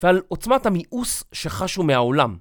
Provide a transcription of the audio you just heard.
ועל עוצמת המיאוס שחשו מהעולם